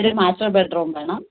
ഒര് master bedroom വേണം